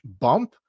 bump